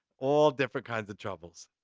all different kinds of troubles.